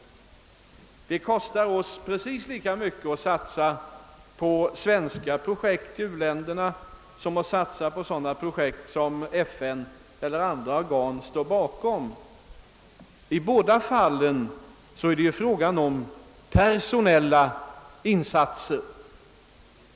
Det kostar oss precis lika mycket att satsa på svenska projekt i u-länderna som att satsa på sådana projekt som FN eller andra organ står bakom. I båda fallen är det fråga om personella insatser.